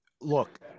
look